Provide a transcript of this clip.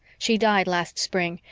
she died last spring,